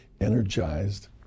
energized